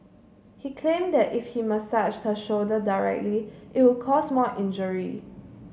he claimed that if he massaged her shoulder directly it would cause more injury